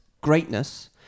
greatness